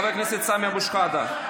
חבר הכנסת סמי אבו שחאדה,